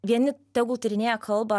vieni tegul tyrinėja kalbą